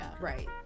Right